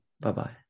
Bye-bye